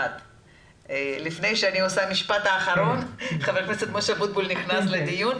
חבר הכנסת משה אבוטבול נכנס לדיון.